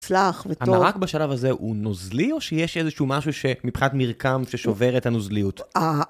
המרק בשלב הזה הוא נוזלי או שיש איזה שהוא משהו שמפחד מרקם ששובר את הנוזליות?